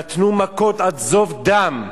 נתנו מכות עד זוב דם.